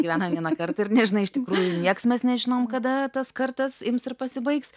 gyvenam vieną kartą ir nežinai iš tikrųjų nieks mes nežinom kada tas kartas ims ir pasibaigs